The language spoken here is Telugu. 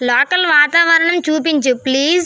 లోకల్ వాతావరణం చూపించు ప్లీజ్